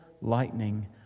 lightning